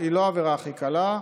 היא לא העבירה הכי קלה,